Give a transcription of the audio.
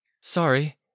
Sorry